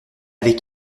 avait